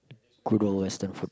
good old western food